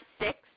six